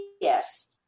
Yes